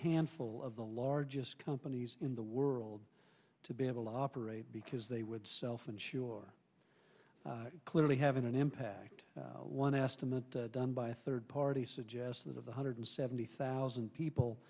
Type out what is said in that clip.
handful of the largest companies in the world to be able operate because they would self insure clearly having an impact one estimate done by a third party suggests that of a hundred and seventy thousand people